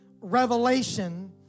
revelation